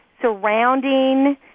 surrounding